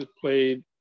played